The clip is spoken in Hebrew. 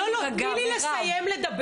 לא, תני לי לסיים לדבר.